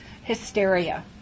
hysteria